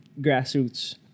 grassroots